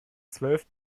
zwölf